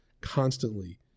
constantly